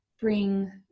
bring